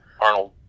Arnold